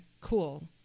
cool